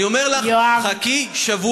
אני אומר לך: חכי שבוע.